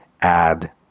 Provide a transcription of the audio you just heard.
add